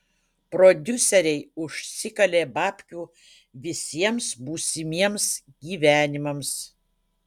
prodiuseriai užsikalė babkių visiems būsimiems gyvenimams